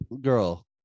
girl